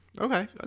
Okay